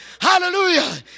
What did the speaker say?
Hallelujah